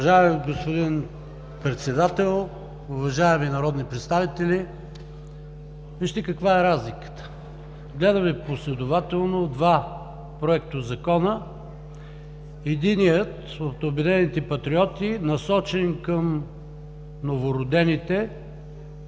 Уважаеми господин Председател, уважаеми народни представители! Вижте каква е разликата: гледаме последователно два законопроекта – единият от „Обединените патриоти“, насочен към новородените,